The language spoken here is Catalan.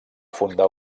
fundar